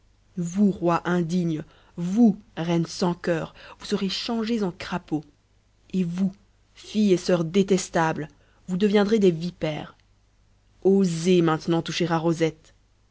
vous roi indigne vous reine sans coeur vous serez changés en crapauds et vous filles et soeurs détestables vous deviendrez des vipères osez maintenant toucher à rosette